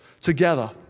together